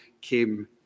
came